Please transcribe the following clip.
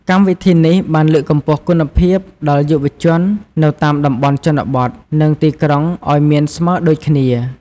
កម្មវិធីនេះបានលើកកម្ពស់គុណភាពដល់យុវជននៅតាមតំបន់ជនបទនិងទីក្រុងឲ្យមានស្មើដូចគ្នា។